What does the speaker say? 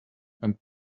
and